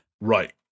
Right